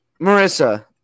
Marissa